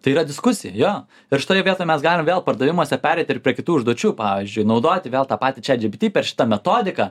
tai yra diskusija jo ir štoje vietoj mes galim vėl pardavimuose pereiti ir prie kitų užduočių pavyzdžiui naudoti vėl tą patį čiat džipiti per šitą metodiką